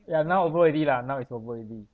ya now over already lah now it's over already